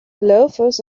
loafers